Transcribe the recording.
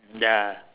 mm ya